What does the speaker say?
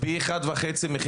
יש